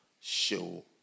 show